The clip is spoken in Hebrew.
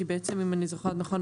כי אם אני זוכרת נכון,